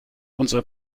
unser